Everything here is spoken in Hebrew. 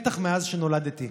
בטח מאז שנולדתי.